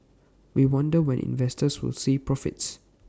we wonder when investors will see profits